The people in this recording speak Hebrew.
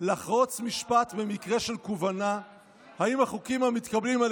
לחרוץ משפט במקרה של קובלנה האם החוקים המתקבלים על